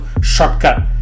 shortcut